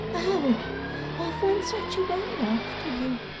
oh i've run such a way after you